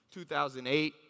2008